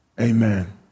Amen